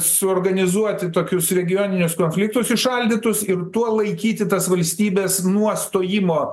suorganizuoti tokius regioninius konfliktus įšaldytus ir tuo laikyti tas valstybes nuo stojimo